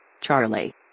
Charlie